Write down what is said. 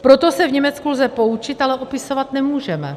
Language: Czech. Proto se v Německu lze poučit, ale opisovat nemůžeme.